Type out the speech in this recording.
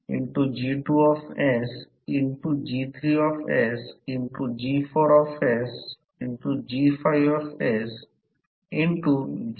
flux density 0 करण्यासाठी हे पाऊल आवश्यक आहे हे o d आवश्यक आहे जे H o d आहे हे निगेटिव्ह मूल्य असेल याला प्रत्यक्षात कोअरसिव फोर्स म्हणतात मला ते स्पष्ट करू द्या